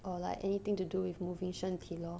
or like anything to do with moving 身体 lor